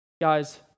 Guys